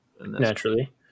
naturally